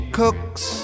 cooks